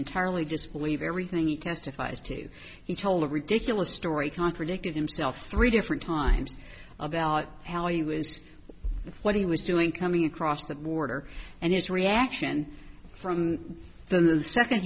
entirely just believe everything he testifies to he told a ridiculous story contradicted himself three different times about how he was what he was doing coming across the border and his reaction from the second